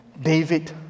David